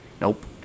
Nope